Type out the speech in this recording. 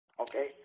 Okay